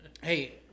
hey